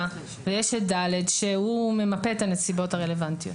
ויש את (ד) שהוא ממפה את הנסיבות הרלוונטיות.